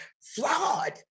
flawed